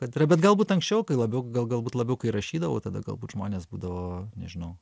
bet yra bet galbūt anksčiau kai labiau gal galbūt labiau kai rašydavau tada galbūt žmonės būdavo nežinau